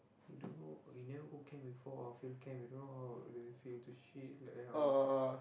he don't know he never go camp before ah field camp he don't know how refill to shit like that all